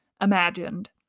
imagined